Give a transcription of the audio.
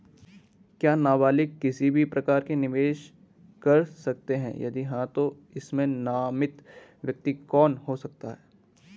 क्या नबालिग किसी भी प्रकार का निवेश कर सकते हैं यदि हाँ तो इसमें नामित व्यक्ति कौन हो सकता हैं?